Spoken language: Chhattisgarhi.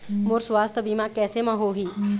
मोर सुवास्थ बीमा कैसे म होही?